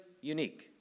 unique